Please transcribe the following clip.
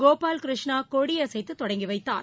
கோபால் கிருஷ்ணா கொடியசைத்து தொடங்கி வைத்தார்